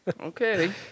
Okay